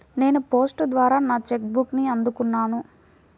నేను పోస్ట్ ద్వారా నా చెక్ బుక్ని అందుకున్నాను